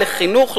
לחינוך,